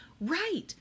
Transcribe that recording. Right